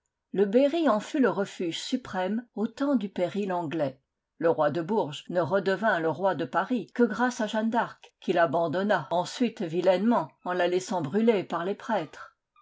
le berry en fut le refuge suprême aux temps du péril anglais le roi de bourges ne redevint le roi de paris que grâce à jeanne d'arc qu'il abandonna ensuite vilainement en la laissant brûler parles prêtres